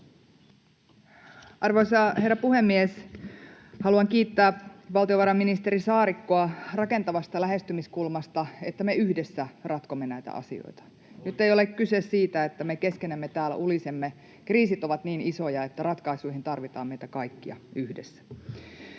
Arvoisa herra puhemies! Haluan kiittää valtiovarainministeri Saarikkoa rakentavasta lähestymiskulmasta, että me yhdessä ratkomme näitä asioita. [Jukka Gustafsson: Oikein!] Nyt ei ole kyse siitä, että me keskenämme täällä ulisemme. Kriisit ovat niin isoja, että ratkaisuihin tarvitaan meitä kaikkia yhdessä.